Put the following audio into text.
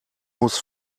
muss